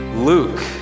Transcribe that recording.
Luke